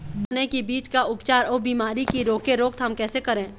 चने की बीज का उपचार अउ बीमारी की रोके रोकथाम कैसे करें?